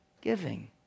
giving